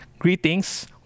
Greetings